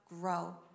grow